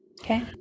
okay